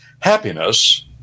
happiness